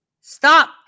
stop